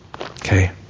okay